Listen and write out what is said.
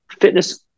fitness